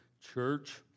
church